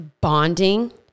bonding